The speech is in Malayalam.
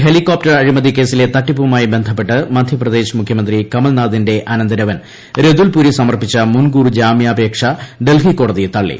ഹെലികോപ്റ്റർ അഴിമ്തിക്കേസിലെ തട്ടിപ്പുമായി ബന്ധപ്പെട്ട് മധ്യപ്രദേശ് മുഖ്യമന്ത്രി ്ക്മർനാഥിന്റെ അനന്തരവൻ രതുൽ പുരി സമർപ്പിച്ച മുൻകൂർ ്ജൂമ്യാപേക്ഷ ഡൽഹി കോടതി തള്ളി